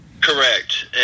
Correct